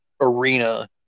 arena